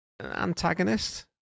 antagonist